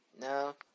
No